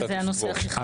כי זה הנושא הכי חשוב.